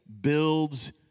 builds